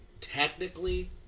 technically